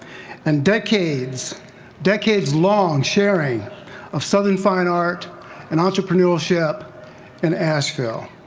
and decades decades long sharing of southern fine art and entrepreneurship in asheville.